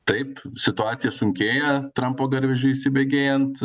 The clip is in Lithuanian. taip situacija sunkėja trampo garvežiui įsibėgėjant